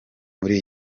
muri